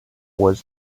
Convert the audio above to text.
was